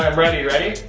um ready, ready?